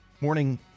morning